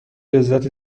لذت